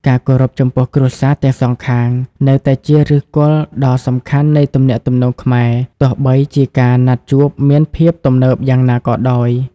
ការគោរពចំពោះគ្រួសារទាំងសងខាង នៅតែជាឫសគល់ដ៏សំខាន់នៃទំនាក់ទំនងខ្មែរ ទោះបីជាការណាត់ជួបមានភាពទំនើបយ៉ាងណាក៏ដោយ។